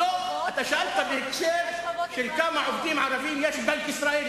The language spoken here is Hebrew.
אתה שאלת בהקשר של כמה עובדים ערבים יש בבנק ישראל,